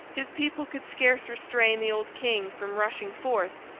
his people could scarce restrain the old king from rushing forth.